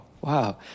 wow